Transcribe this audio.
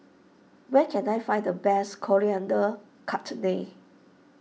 where can I find the best Coriander Chutney